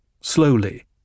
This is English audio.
Slowly